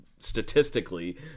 statistically